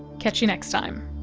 catch you next time